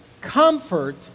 comfort